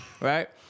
right